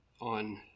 on